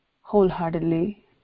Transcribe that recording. wholeheartedly